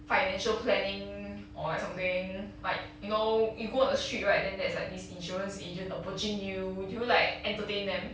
financial planning or like something like you know you go on a street right then there's like this insurance agent approaching you do you like entertain them